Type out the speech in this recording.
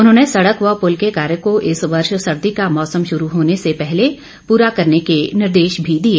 उन्होंने सड़क व पुल के कार्य को इस वर्ष सर्दी का मौसम शुरू होने से पहले पूरा करने के निर्देश भी दिए